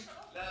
אני מכיר את זה.